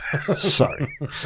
Sorry